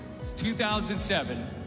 2007